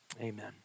amen